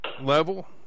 level